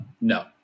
no